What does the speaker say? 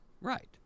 Right